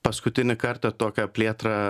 paskutinį kartą tokią plėtrą